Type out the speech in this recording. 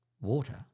Water